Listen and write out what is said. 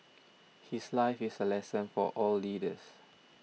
his life is a lesson for all leaders